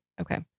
Okay